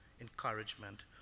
encouragement